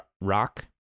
rock